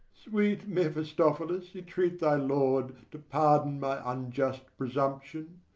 sweet mephistophilis, entreat thy lord to pardon my unjust presumption,